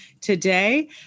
today